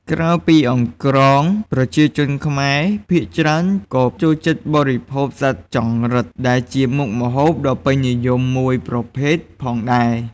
ក្រៅពីអង្រ្កង ប្រជាជនខ្មែរភាគច្រើនក៏ចូលបរិភោគសត្វចង្រិតដែលជាមុខម្ហូបដ៏ពេញនិយមមួយប្រភេទផងដែរ។